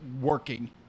working